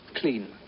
clean